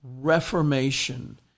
Reformation